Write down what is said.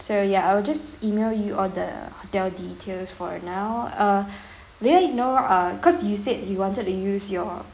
so ya I will just email you all the hotel details for now uh may I know uh cause you said you wanted to use your